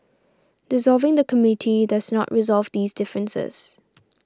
dissolving the Committee does not resolve these differences